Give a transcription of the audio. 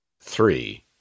three